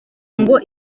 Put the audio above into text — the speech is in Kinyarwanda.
ngo